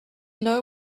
know